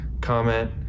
comment